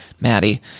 Maddie